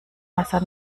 wasser